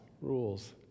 rules